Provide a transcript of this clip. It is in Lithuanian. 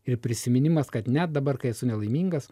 ir prisiminimas kad net dabar kai esu nelaimingas